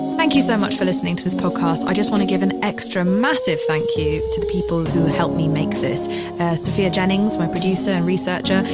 thank you so much for listening to this podcast. i just want to give an extra massive thank you to people who helped me make this sophia jennings, my producer and researcher,